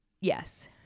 Yes